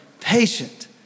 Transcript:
patient